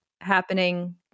happening